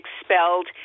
expelled